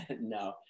No